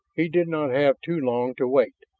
he did not have too long to wait.